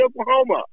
Oklahoma